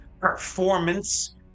Performance